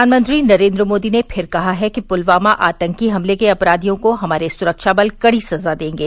प्रधानमंत्री नरेन्द्र मोदी ने फिर कहा है कि पुलवामा आतंकी हमले के अपराधियों को हमारे सुरक्षा बल कड़ी सजा देंगे